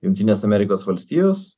jungtinės amerikos valstijos